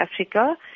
Africa